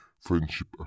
friendship